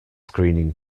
screening